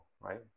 right